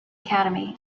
academy